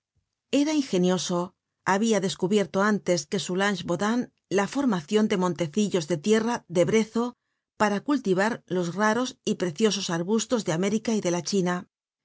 era ingenioso habia descubierto antes que soulange bodin la formacion de montecillos de tierra de brezo para cultivar los raros y preciosos arbustos de américa y de la china